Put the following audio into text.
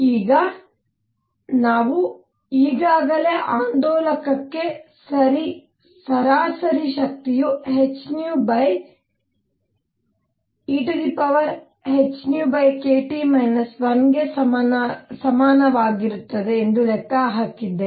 ಈಗ ನಾವು ಈಗಾಗಲೇ ಆಂದೋಲಕಕ್ಕೆ ಸರಾಸರಿ ಶಕ್ತಿಯು hehνkT 1 ಗೆ ಸಮಾನವಾಗಿರುತ್ತದೆ ಎಂದು ಲೆಕ್ಕ ಹಾಕಿದ್ದೇವೆ